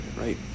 right